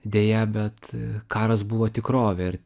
deja bet karas buvo tikrovė ir